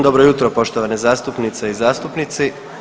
Dobro jutro poštovane zastupnice i zastupnici.